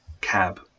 cab